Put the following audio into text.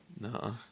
No